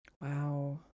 wow